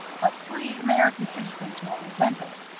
but free american citizens will resent it